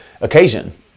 occasion